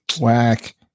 Whack